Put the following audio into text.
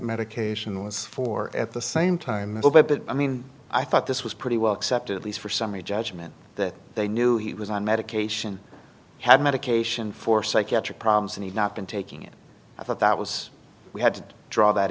medication was for at the same time a little bit i mean i thought this was pretty well accepted at least for summary judgment that they knew he was on medication had medication for psychiatric problems and had not been taking it i thought that was we had to draw that